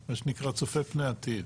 מה שנקרא צופה פני עתיד.